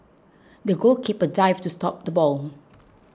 the goalkeeper dived to stop the ball